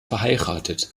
verheiratet